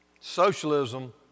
Socialism